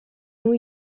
new